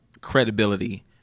credibility